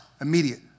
immediate